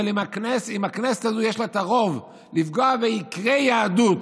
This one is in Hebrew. אבל אם לכנסת הזו יש רוב לפגוע בעיקרי היהדות